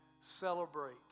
celebrate